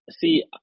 See